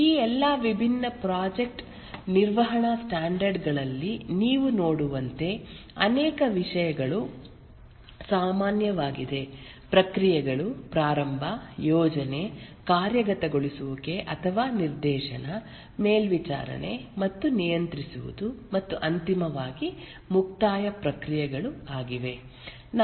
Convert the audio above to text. ಈ ಎಲ್ಲಾ ವಿಭಿನ್ನ ಪ್ರಾಜೆಕ್ಟ್ ನಿರ್ವಹಣಾ ಸ್ಟ್ಯಾಂಡರ್ಡ್ ಗಳಲ್ಲಿ ನೀವು ನೋಡುವಂತೆ ಅನೇಕ ವಿಷಯಗಳು ಸಾಮಾನ್ಯವಾಗಿದೆ ಪ್ರಕ್ರಿಯೆಗಳು ಪ್ರಾರಂಭ ಯೋಜನೆ ಕಾರ್ಯಗತಗೊಳಿಸುವಿಕೆ ಅಥವಾ ನಿರ್ದೇಶನ ಮೇಲ್ವಿಚಾರಣೆ ಮತ್ತು ನಿಯಂತ್ರಿಸುವುದು ಮತ್ತು ಅಂತಿಮವಾಗಿ ಮುಕ್ತಾಯ ಪ್ರಕ್ರಿಯೆಗಳು ಆಗಿವೆ